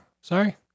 Sorry